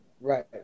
Right